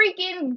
freaking